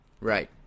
Right